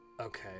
Okay